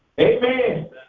Amen